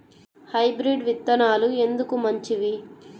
Hybrid విత్తనాలు ఎందుకు మంచివి?